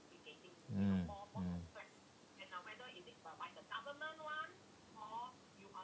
mm mm